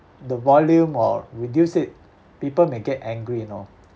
the volume or reduce it people may get angry you know